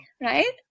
right